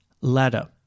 ladder